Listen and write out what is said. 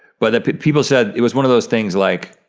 but people said it was one of those things like,